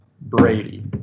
Brady